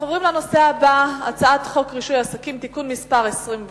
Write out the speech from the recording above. אנחנו עוברים לנושא הבא: הצעת חוק רישוי עסקים (תיקון מס' 26)